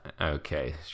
Okay